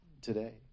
today